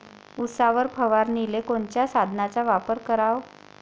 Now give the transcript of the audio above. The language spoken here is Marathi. उसावर फवारनीले कोनच्या साधनाचा वापर कराव?